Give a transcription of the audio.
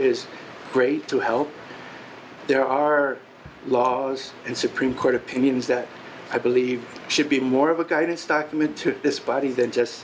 is great to help there are laws and supreme court opinions that i believe should be more of a guided stockmen to this body than just